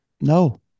No